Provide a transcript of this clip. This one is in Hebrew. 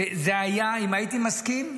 שאם הייתי מסכים,